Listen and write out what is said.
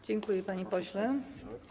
Dziękuję, panie pośle.